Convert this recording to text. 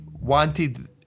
wanted